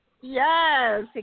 Yes